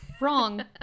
Wrong